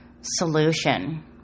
solution